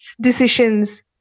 decisions